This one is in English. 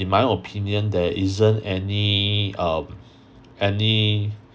in my opinion there isn't any um any